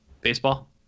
baseball